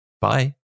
Bye